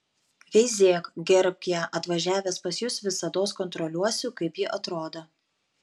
veizėk gerbk ją atvažiavęs pas jus visados kontroliuosiu kaip ji atrodo